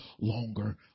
longer